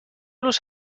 los